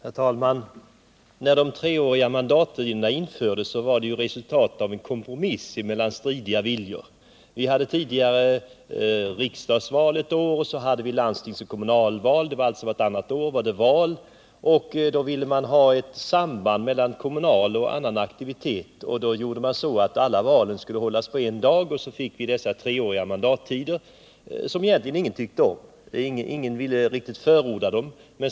Herr talman! När de treåriga mandatperioderna infördes var det resultatet av en kompromiss mellan stridiga viljor. Tidigare hade vi val vartannat år, varannan gång till riksdagen och varannan gång till landsting och kommuner. Många ville emellertid ha ett samband mellan den kommunala aktiviteten och annan aktivitet, och man ville därför ha alla val på en dag. Därigenom fick vi dessa treåriga mandatperioder, som egentligen ingen tyckte om och som ingen ville förorda.